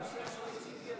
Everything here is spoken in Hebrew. בנושא הספציפי הזה,